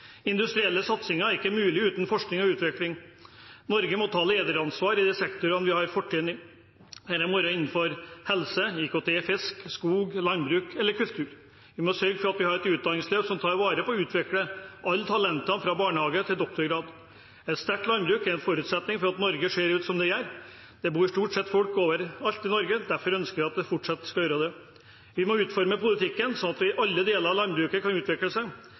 industrielle satsingen er ikke mulig uten forskning og utvikling. Norge må ta lederansvar i de sektorene vi har fortrinn i – det være seg helse, IKT, fisk, skog- og landbruk eller kultur. Vi må sørge for at vi har et utdanningsløp som tar vare på å utvikle alle talenter – fra de i barnehager til de som tar doktorgrad. Et sterkt landbruk er en forutsetning for at Norge ser ut som det gjør. Det bor folk stort sett overalt i Norge. Det ønsker jeg at det fortsatt skal gjøre. Vi må utforme politikken slik at alle deler av landbruket kan utvikle seg.